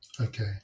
Okay